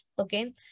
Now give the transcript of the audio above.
okay